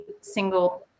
single